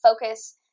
focus –